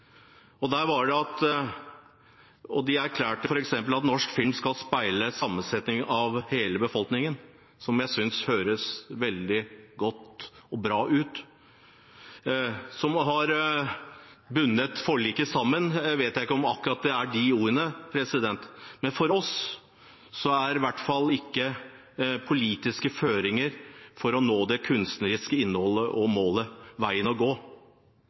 og de erklærte f.eks. at norsk film skal speile sammensetningen i hele befolkningen, som jeg syns høres veldig bra ut. Det som har bundet forliket sammen, vet jeg ikke om er akkurat de ordene, men for oss er i hvert fall ikke politiske føringer for å nå det kunstneriske innholdet og målet veien å gå.